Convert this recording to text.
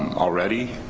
and already